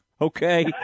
okay